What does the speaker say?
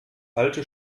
alte